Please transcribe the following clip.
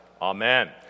Amen